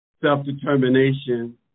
Self-Determination